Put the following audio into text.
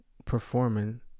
performing